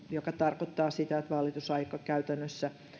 mikä tarkoittaa sitä että valitusaika käytännössä